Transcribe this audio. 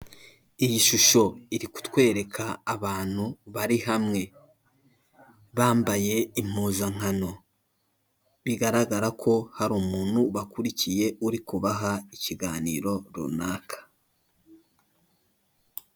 Iyi shusho iri kutwereka abantu bari hamwe bambaye impuzankano bigaragara ko hari umuntu bakurikiye uri kubaha ikiganiro runaka.